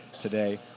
today